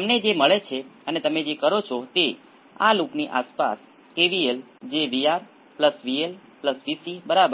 મહત્વપૂર્ણ છે હું અહીં 20 હર્ટ્ઝ મૂકીશ 20 કિલો હર્ટ્ઝ ક્યાં છે કેમ્પર્સની બહાર